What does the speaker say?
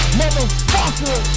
motherfucker